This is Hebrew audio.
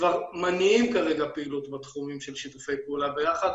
שכבר מניעים כרגע פעילות בתחומים של שיתופי פעולה ביחד.